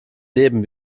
leben